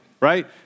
right